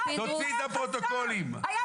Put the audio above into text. תוציא את הפרוטוקולים, מה עשיתם?